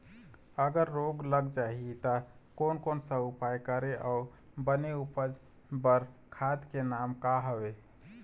अगर रोग लग जाही ता कोन कौन सा उपाय करें अउ बने उपज बार खाद के नाम का हवे?